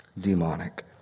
demonic